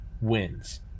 wins